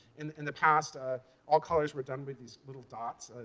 in and the past, ah all colors were done with these little dots,